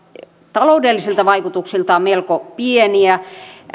taloudellisilta vaikutuksiltaan melko pieniä muistan että